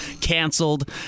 canceled